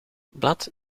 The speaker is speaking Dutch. blad